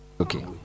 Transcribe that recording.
Okay